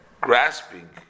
grasping